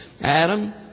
Adam